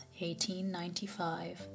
1895